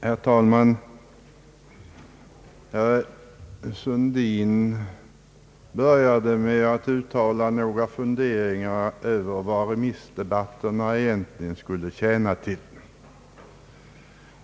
Herr talman! Herr Sundin började med att uttala några funderingar över vad remissdebatterna egentligen skulle tjäna till.